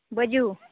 ᱵᱟᱹᱡᱩ